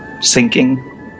sinking